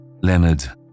Leonard